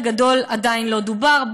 וחלק גדול עדיין לא דובר.